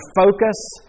focus